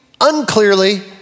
unclearly